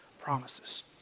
promises